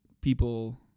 people